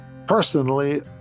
Personally